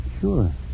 Sure